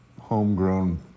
homegrown